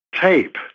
tape